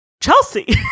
Chelsea